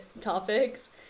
topics